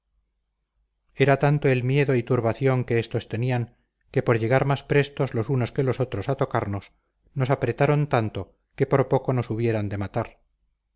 era tanto el miedo y turbación que éstos tenían que por llegar más prestos los unos que los otros a tocarnos nos apretaron tanto que por poco nos hubieran de matar